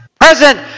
present